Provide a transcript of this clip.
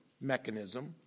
mechanism